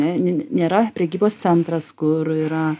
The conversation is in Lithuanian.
nėra prekybos centras kur yra